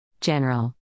General